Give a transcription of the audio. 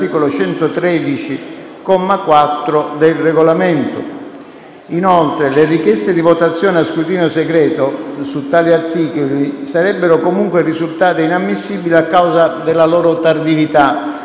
comma 4, del Regolamento. Inoltre, le richieste di votazione a scrutinio segreto su tali articoli sarebbero comunque risultate inammissibili a causa della loro tardività.